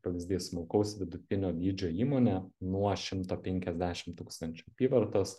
pavyzdys smulkaus vidutinio dydžio įmonė nuo šimto penkiasdešim tūkstančių apyvartos